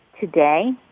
today